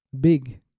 Big